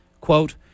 quote